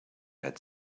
had